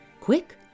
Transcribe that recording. Quick